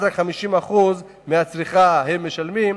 50% מהצריכה הם משלמים,